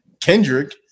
Kendrick